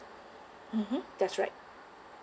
mmhmm that's right